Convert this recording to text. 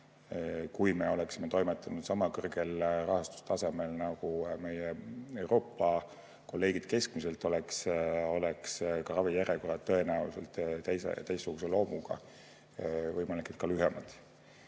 Kui me oleksime toimetanud sama kõrge rahastustasemega, nagu meie Euroopa kolleegid keskmiselt, oleks ka ravijärjekorrad tõenäoliselt teistsuguse loomuga, võimalik, et ka lühemad.